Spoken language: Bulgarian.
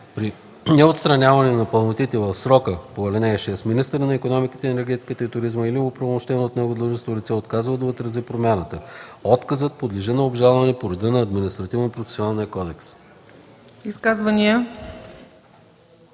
При неотстраняване на непълнотите в срока по ал. 6 министърът на икономиката, енергетиката и туризма или оправомощено от него длъжностно лице отказва да отрази промяната. Отказът подлежи на обжалване по реда на